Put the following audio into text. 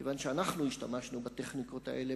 כיוון שאנחנו השתמשנו בטכניקות האלה,